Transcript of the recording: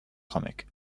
comic